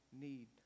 need